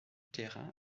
terrain